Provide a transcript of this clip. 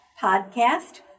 podcast